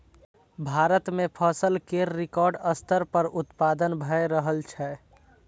भारत मे फसल केर रिकॉर्ड स्तर पर उत्पादन भए रहल छै